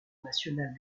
national